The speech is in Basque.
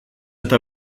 eta